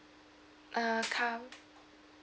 uh cur~